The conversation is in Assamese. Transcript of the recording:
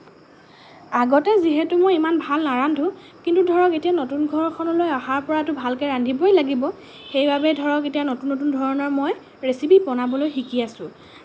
আগতে যিহেতু মই ইমান ভাল নাৰান্ধো কিন্তু ধৰক এতিয়া নতুন ঘৰখনলৈ অহাৰ পৰাতো ভালকৈ ৰান্ধিবই লাগিব সেইবাবে এতিয়া ধৰক নতুন নতুন ধৰণৰ মই ৰচিপি বনাবলৈ শিকি আছোঁ